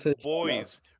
boys